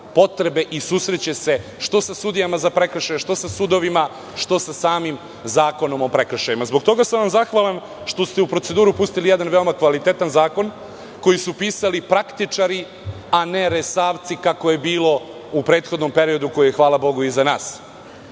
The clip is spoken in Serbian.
potrebe i susreće se, što sa sudijama za prekršaje, što sudovima, što sa samim Zakonom o prekršajima. Zbog toga sam vam zahvalan što ste u proceduru pustili jedan veoma kvalitetan zakon koji su pisali praktičari a ne "Resavci", kako je bilo u prethodnom periodu koji je, hvala bogu, iza nas. Ovaj